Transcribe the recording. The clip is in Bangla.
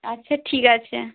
আচ্ছা ঠিক আছে